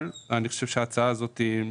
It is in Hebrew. אבל אני חושב שהצעת החוק הזאת נכונה